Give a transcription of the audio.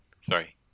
Sorry